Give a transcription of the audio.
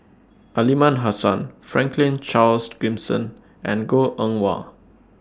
Aliman Hassan Franklin Charles Gimson and Goh Eng Wah